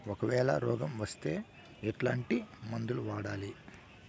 ఒకవేల రోగం వస్తే ఎట్లాంటి మందులు వాడాలి?